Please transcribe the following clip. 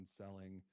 selling